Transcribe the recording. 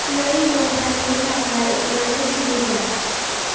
नै घन्टानि थाखाय अन्नानै सिरि जा